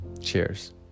Cheers